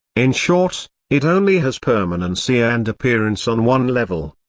in short, it only has permanency and appearance on one level.